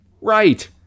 Right